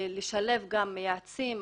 לשלב בה גם יועצים,